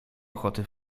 ochoty